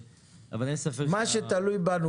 אבל אין ספק ש --- מה שתלוי בנו,